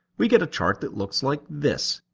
we get a chart that looks like this.